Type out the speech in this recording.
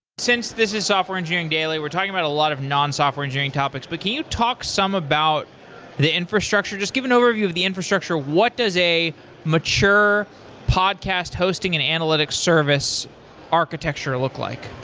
since this is software engineering daily, we're talking about of a lot of non software engineering topics. but can you talk some about the infrastructure? just give an overview of the infrastructure, what does a mature podcast hosting and analytics service architecture look like?